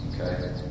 Okay